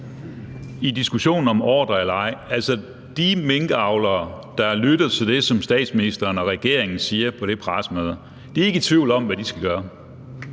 I diskussionen om ordre eller ej vil jeg sige, at de minkavlere, der lytter til det, som statsministeren og regeringen siger på det pressemøde, ikke er i tvivl om, hvad de skal gøre.